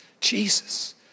Jesus